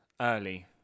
early